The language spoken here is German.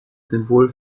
symbol